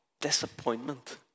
disappointment